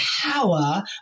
power